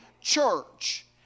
church